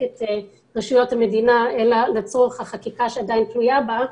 את רשויות המדינה אלא לצורך החקיקה שעדיין תלויה בה,